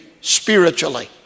spiritually